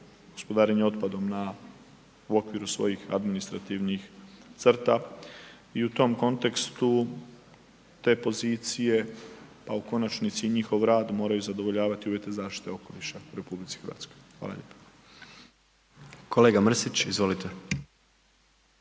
gospodarenje otpadom na, u okviru svojih administrativnih crta i u tom kontekstu te pozicije, pa u konačnici i njihov rad moraju zadovoljavati uvjete zaštite okoliša u RH. Hvala lijepo. **Jandroković,